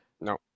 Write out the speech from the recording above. no